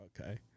Okay